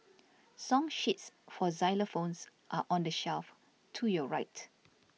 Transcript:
song sheets for xylophones are on the shelf to your right